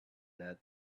that